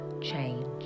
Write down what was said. change